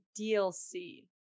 DLC